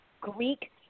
Greek